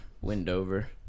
windover